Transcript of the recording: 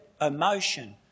emotion